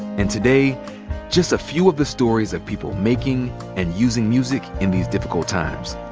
and today just a few of the stories of people making and using music in these difficult times.